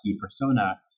persona